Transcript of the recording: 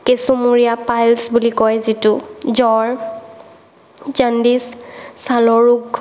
কেচুমুৰীয়া piles বুলি কয় যিটো জৰ জণ্ডিছ ছালৰ ৰোগ